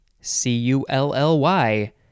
C-U-L-L-Y